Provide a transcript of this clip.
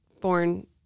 born